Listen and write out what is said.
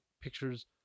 pictures